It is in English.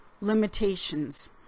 limitations